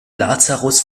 lazarus